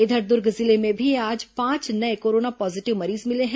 इधर दुर्ग जिले में भी आज पांच नये कोरोना पॉजीटिव मरीज मिले हैं